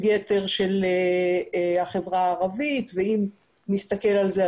יתר של החברה הערבית ואם נסתכל על זה,